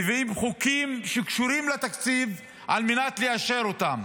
מביאים חוקים שקשורים לתקציב על מנת לאשר אותם.